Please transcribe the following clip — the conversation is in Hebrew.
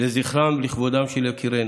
לזכרם ולכבודם של יקירינו.